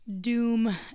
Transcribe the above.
doom